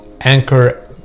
Anchor